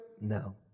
No